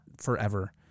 forever